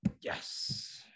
Yes